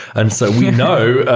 and so we know,